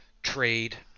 trade